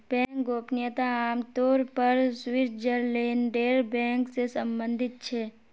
bank गोपनीयता आम तौर पर स्विटज़रलैंडेर बैंक से सम्बंधित छे